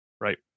Right